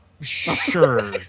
sure